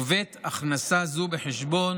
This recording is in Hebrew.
מובאת הכנסה זו בחשבון